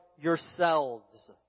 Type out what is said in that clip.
yourselves